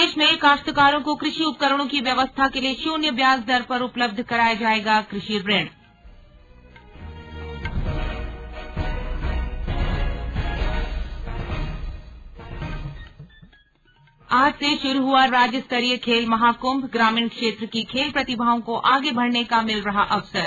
प्रदेश में काश्तकारों को कृषि उपकरणों की व्यवस्था के लिए शुन्य ब्याज दर पर उपलब्ध कराया जायेगा कृषि ऋण आज से शुरू हुआ राज्यस्तरीय खेल महाकुंभग्रामीण क्षेत्र की खेल प्रतिभाओं को आगे बढ़ने का मिल रहा अवसर